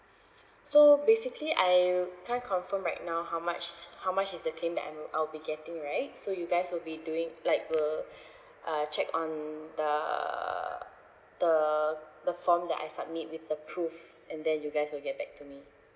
so basically I can't confirm right now how much how much is the claim that I'm I'll be getting right so you guys will be doing like uh uh check on the the the form that I submit with a proof and then you guys will get back to me